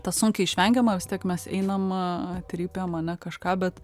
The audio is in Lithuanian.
tas sunkiai išvengiama vis tiek mes einam trypiam ane kažką bet